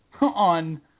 on